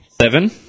Seven